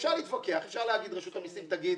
שאפשר להתווכח, אפשר להגיד שרשות המסים תגיד: